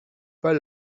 pas